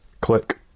click